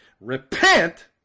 repent